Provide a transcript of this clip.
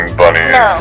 bunnies